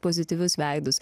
pozityvius veidus